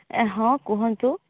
ହଁ କୁହନ୍ତୁ